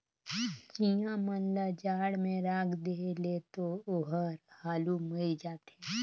चिंया मन ल जाड़ में राख देहे ले तो ओहर हालु मइर जाथे